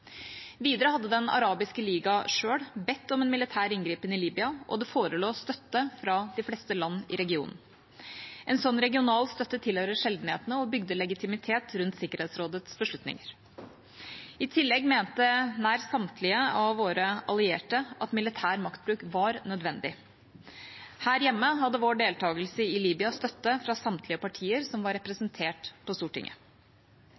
Videre hadde Den arabiske liga selv bedt om en militær inngripen i Libya, og det forelå støtte fra de fleste land i regionen. En slik regional støtte tilhører sjeldenheten og bygde legitimitet rundt Sikkerhetsrådets beslutning. I tillegg mente nær samtlige av våre allierte at militær maktbruk var nødvendig. Her hjemme hadde vår deltakelse i Libya støtte fra samtlige partier som var